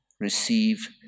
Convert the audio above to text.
receive